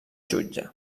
jutge